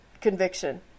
conviction